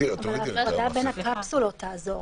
ההפרדה בין הקפסולות תעזור.